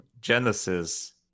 Genesis